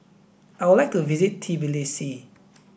I would like to visit Tbilisi